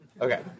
Okay